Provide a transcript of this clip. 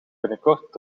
binnenkort